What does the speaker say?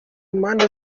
mpande